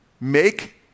make